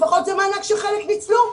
לפחות זה מענק שחלק ניצלו.